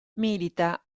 milita